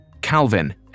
Calvin